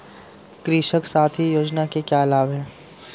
कृषक साथी योजना के क्या लाभ हैं?